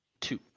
two